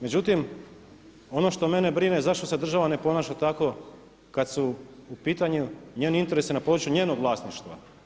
Međutim, ono što mene brine zašto se država ne ponaša tako kad su u pitanju njeni interesi na području njenog vlasništva.